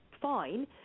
fine